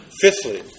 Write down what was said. Fifthly